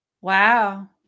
Wow